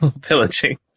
pillaging